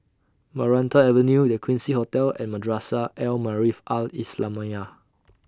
Maranta Avenue The Quincy Hotel and Madrasah Al Maarif Al Islamiah